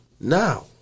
Now